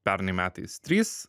pernai metais trys